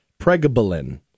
pregabalin